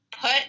put